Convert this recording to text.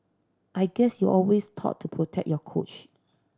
I guess you always taught to protect your coach